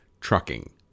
TRUCKING